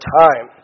time